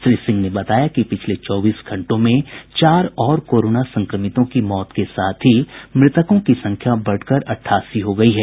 श्री सिंह ने बताया कि पिछले चौबीस घंटों में चार और कोरोना संक्रमितों की मौत के साथ ही मृतकों की संख्या बढ़कर अट्ठासी हो गई है